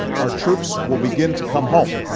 our troops will begin to come home.